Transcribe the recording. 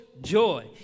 Joy